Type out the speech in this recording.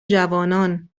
جوانان